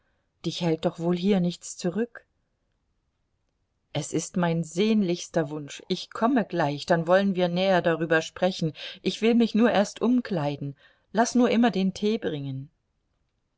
dich hält doch wohl hier nichts zurück es ist mein sehnlichster wunsch ich komme gleich dann wollen wir näher darüber sprechen ich will mich nur erst umkleiden laß nur immer den tee bringen